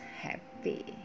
happy